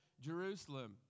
Jerusalem